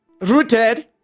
rooted